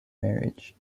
marriage